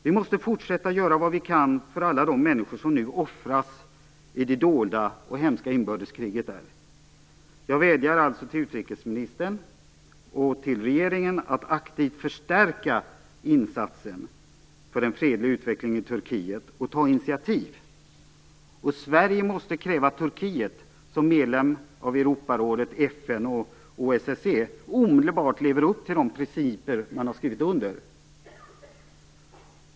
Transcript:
Vi måste fortsätta att göra vad vi kan för alla de människor som nu offras i det dolda och hemska inbördeskriget. Jag vädjar alltså till utrikesministern och till regeringen att aktivt förstärka insatsen för en fredlig utveckling i Turkiet och att ta initiativ. Sverige måste kräva att Turkiet som medlem av Europarådet, FN och OSSE omedelbart lever upp till de principer man har skrivit under.